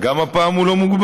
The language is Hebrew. גם הפעם הוא לא מוגבל?